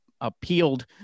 appealed